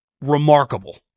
remarkable